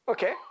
Okay